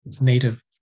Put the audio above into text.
native